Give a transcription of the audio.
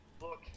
look